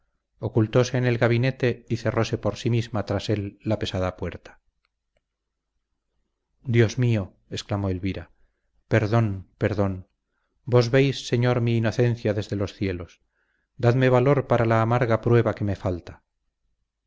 ocultóse en el gabinete y cerróse por sí misma tras él la pesada puerta dios mío exclamó elvira perdón perdón vos veis señor mi inocencia desde los cielos dadme valor para la amarga prueba que me falta